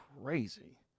crazy